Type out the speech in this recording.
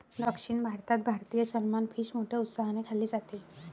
दक्षिण भारतात भारतीय सलमान फिश मोठ्या उत्साहाने खाल्ले जाते